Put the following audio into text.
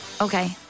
Okay